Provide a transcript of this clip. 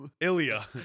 Ilya